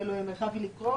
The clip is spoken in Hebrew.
אוריאל מרחבי לקרוא.